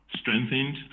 strengthened